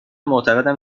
معتقدم